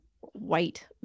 white